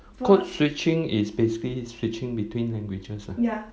code switching is basically switching between languages ah